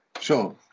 Sure